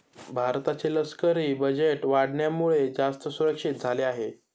भारताचे लष्करी बजेट वाढल्यामुळे, जास्त सुरक्षित झाले आहे